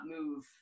move